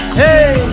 hey